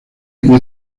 año